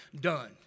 done